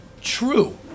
true